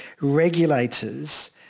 regulators